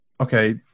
okay